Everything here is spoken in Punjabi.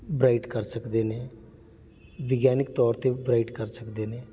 ਬਰਾਈਟ ਕਰ ਸਕਦੇ ਨੇ ਵਿਗਿਆਨਿਕ ਤੌਰ 'ਤੇ ਬਰਾਈਟ ਕਰ ਸਕਦੇ ਨੇ